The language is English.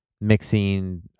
mixing